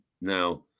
now